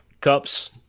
cups